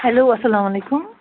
hello اَسَلامُ علیکُم